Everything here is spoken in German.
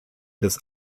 des